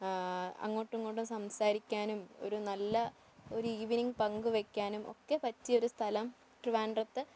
അങ്ങോട്ടും ഇങ്ങോട്ടും സംസാരിക്കാനും ഒരു നല്ല ഒരു ഈവനിങ്ങ് പങ്ക് വയ്ക്കാനും ഒക്കെ പറ്റിയൊരു സ്ഥലം ട്രിവാൻഡ്രത്ത്